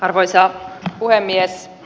arvoisa puhemies